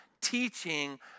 teaching